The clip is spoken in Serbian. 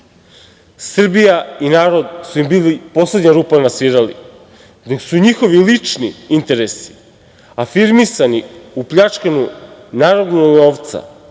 Srbija i narod su im bili poslednja rupa na svirali, dok su njihovi lični interesi afirmisani u pljačkanju narodnog novca